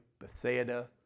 Bethsaida